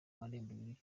marembo